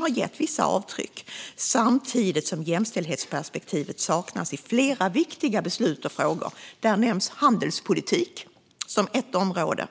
har gett vissa avtryck samtidigt som jämställdhetsperspektivet saknas i flera viktiga beslut och frågor. Där nämns handelspolitik som ett område.